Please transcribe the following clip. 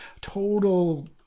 total